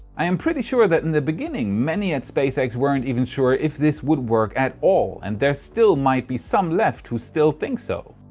i am pretty sure, that in the beginning many at spacex weren't even sure, if this would work at all and there still might be some left who still think so.